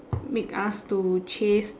make us to chase